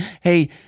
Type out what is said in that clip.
hey